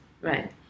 Right